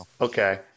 Okay